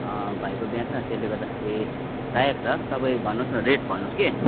भाइको बिहा छ त्यसले गर्दाखेरि चाहिएको छ तपाईँ भन्नुहोस् न रेट भन्नुहोस् कि